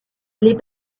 les